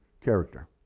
character